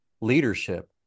leadership